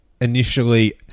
initially